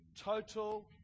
Total